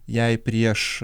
jei prieš